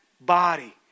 body